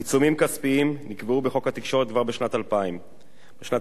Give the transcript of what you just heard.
עיצומים כספיים נקבעו בחוק התקשורת כבר בשנת 2000. בשנת